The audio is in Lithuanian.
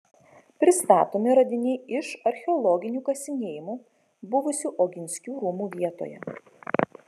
pristatomi radiniai iš archeologinių kasinėjimų buvusių oginskių rūmų vietoje